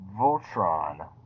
Voltron